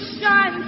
shine